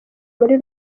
muri